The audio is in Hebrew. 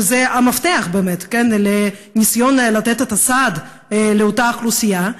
שזה המפתח לניסיון לתת את הסעד לאותה אוכלוסייה.